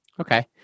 Okay